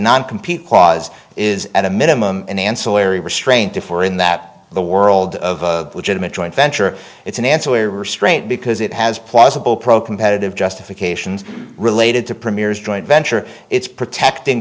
non compete clause is at a minimum an ancillary restraint if we're in that the world of a legitimate joint venture it's an ancillary restraint because it has plausible pro competitive justifications related to premiers joint venture it's protecting